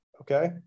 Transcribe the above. Okay